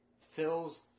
fills